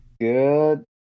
good